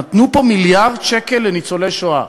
נתנו פה מיליארד שקל לניצולי השואה,